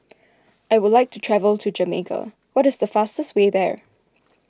I would like to travel to Jamaica what is the fastest way there